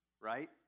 Right